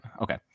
okay